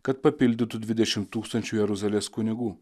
kad papildytų dvidešim tūkstančių jeruzalės kunigų